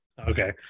okay